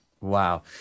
Wow